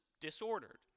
disordered